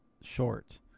short